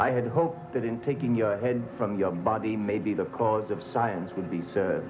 i had hope that in taking your head from your body may be the cause of science would be